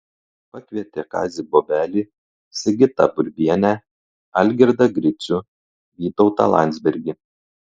pakvietė kazį bobelį sigitą burbienę algirdą gricių vytautą landsbergį